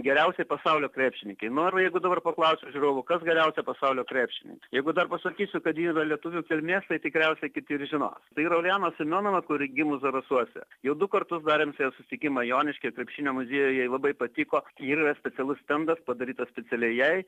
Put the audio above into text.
geriausiai pasaulio krepšininkei nu ir jeigu dabar paklausiu žiūrovų kas geriausia pasaulio krepšininkė jeigu dar pasakysiu kad ji yra lietuvių kilmės tai tikriausiai kiti ir žinos tai yra uljana semjonova kuri gimus zarasuose jau du kartus darėm su ja sutikimą joniškyje krepšinio muziejuje jai labai patiko ir yra specialus stendas padaryta specialiai jai